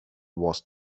was